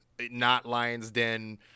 not-Lions-Den